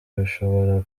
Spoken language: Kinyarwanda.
bishobora